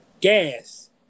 Gas